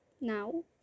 now